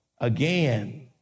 again